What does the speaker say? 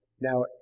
now